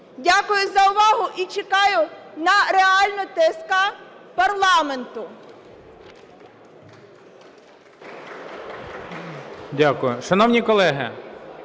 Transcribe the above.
Дякую за увагу і чекаю на реальну ТСК парламенту.